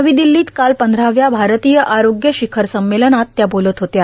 नवी र्दिल्लीत काल पंधराव्या भारतीय आरोग्य र्शिखर संमेलनात त्या बोलत होत्या